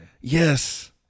Yes